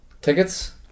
Tickets